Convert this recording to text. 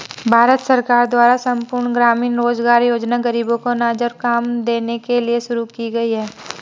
भारत सरकार द्वारा संपूर्ण ग्रामीण रोजगार योजना ग़रीबों को अनाज और काम देने के लिए शुरू की गई है